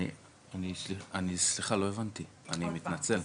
סליחה, לא הבנתי, אני מתנצל.